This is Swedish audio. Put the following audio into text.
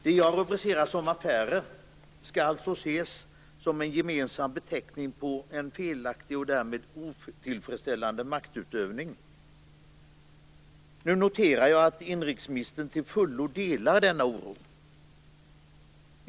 Det jag rubricerar som affärer skall alltså ses som en gemensam beteckning på en felaktig och därmed otillfredsställande maktutövning. Nu noterar jag att inrikesministern till fullo delar den oron.